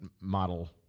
model